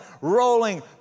rolling